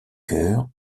chœur